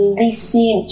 listen